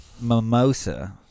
Mimosa